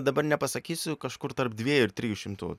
dabar nepasakysiu kažkur tarp dviejų ir trijų šimtų